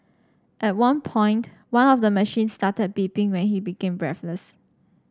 at one point one of the machines started beeping when he became breathless